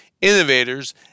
innovators